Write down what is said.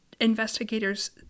investigators